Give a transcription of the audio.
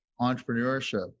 entrepreneurship